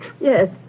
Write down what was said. Yes